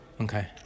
Okay